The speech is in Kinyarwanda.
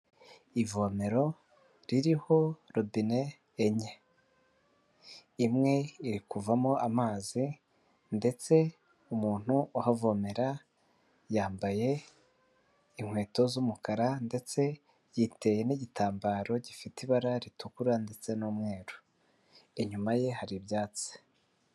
Ivomero ririho robine enye imwe iri kuvmo amazi ndetse umuntu uhavomera yambaye inkweto z'umukara ndetse yiteye n'igitambaro gifite ibara ritukura ndetse n'umweru inyuma ye hari ibyatsi.